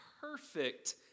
perfect